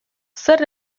zer